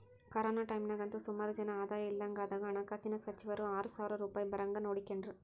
corona ಟೈಮ್ನಾಗಂತೂ ಸುಮಾರು ಜನ ಆದಾಯ ಇಲ್ದಂಗಾದಾಗ ಹಣಕಾಸಿನ ಸಚಿವರು ಆರು ಸಾವ್ರ ರೂಪಾಯ್ ಬರಂಗ್ ನೋಡಿಕೆಂಡ್ರು